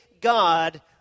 God